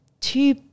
two